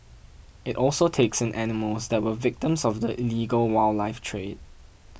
it also takes in animals that were victims of the illegal wildlife trade